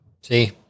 See